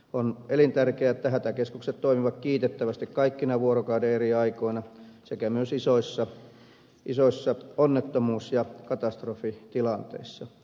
on elintärkeää että hätäkeskukset toimivat kiitettävästi kaikkina vuorokauden aikoina sekä myös isoissa onnettomuus ja katastrofitilanteissa